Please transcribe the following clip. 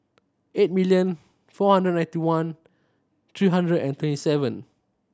eight million four hundred ninety one three hundred and twenty seven